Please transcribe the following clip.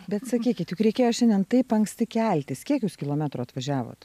bet sakykit juk reikėjo šiandien taip anksti keltis kiek jūs kilometrų atvažiavot